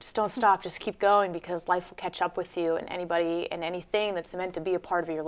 style stop just keep going because life catch up with you and anybody and anything that's meant to be a part of your